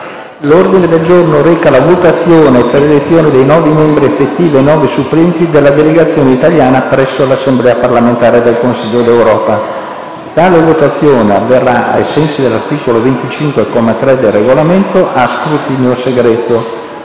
L'ordine del giorno reca la votazione per l'elezione di nove membri effettivi e nove supplenti della delegazione italiana all'Assemblea parlamentare del Consiglio d'Europa. Tale votazione avverrà, ai sensi dell'articolo 25, comma 3, del Regolamento, a scrutinio segreto